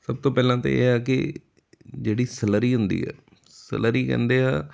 ਸਭ ਤੋਂ ਪਹਿਲਾਂ ਤਾਂ ਇਹ ਹੈ ਕਿ ਜਿਹੜੀ ਸਲੱਰੀ ਹੁੰਦੀ ਹੈ ਸਲੱਰੀ ਕਹਿੰਦੇ ਆ